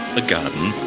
a garden,